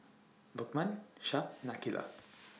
Lokman Shah and Aqilah